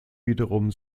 wiederum